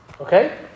Okay